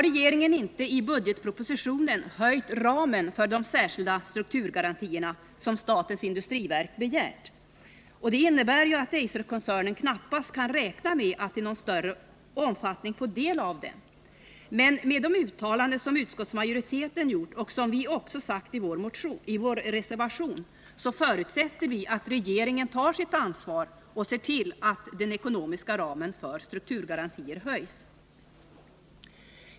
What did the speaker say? Regeringen har i budgetpropositionen inte höjt ramen för de särskilda strukturgarantierna, som statens industriverk begärt. Det innebär att Eiserkoncernen knappast kan räkna med att i någon större omfattning få del av den. Men med tanke på de uttalanden som både utskottsmajoriteten och reservanterna gjort förutsätter vi att regeringen tar sitt ansvar och ser till att den ekonomiska ramen för strukturgarantier höjs.